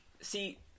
See